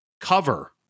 cover